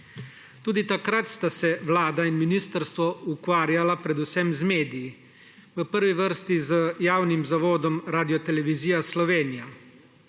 Tudi takrat sta se Vlada in ministrstvo ukvarjala predvsem z mediji. V prvi vrsti z Javnim zavodom Radiotelevizija Slovenija.